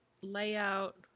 layout